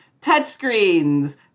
touchscreens